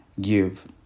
give